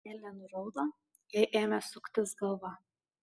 elė nuraudo jai ėmė suktis galva